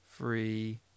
Three